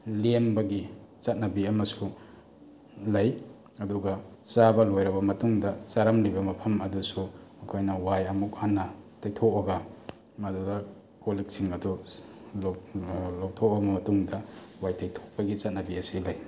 ꯂꯦꯝꯕꯒꯤ ꯆꯠꯅꯕꯤ ꯑꯃꯁꯨ ꯂꯩ ꯑꯗꯨꯒ ꯆꯥꯕ ꯂꯣꯏꯔꯕ ꯃꯇꯨꯡꯗ ꯆꯥꯔꯝꯂꯤꯕ ꯃꯐꯝ ꯑꯗꯨꯁꯨ ꯃꯈꯣꯏꯅ ꯋꯥꯏ ꯑꯃꯨꯛ ꯍꯟꯅ ꯇꯩꯊꯣꯛꯑꯒ ꯃꯗꯨꯗ ꯀꯣꯜ ꯂꯤꯛꯁꯤꯡ ꯑꯗꯨ ꯂꯧꯊꯣꯛꯑꯕ ꯃꯇꯨꯡꯗ ꯋꯥꯏ ꯇꯩꯊꯣꯛꯄꯒꯤ ꯆꯠꯅꯕꯤ ꯑꯁꯤ ꯂꯩ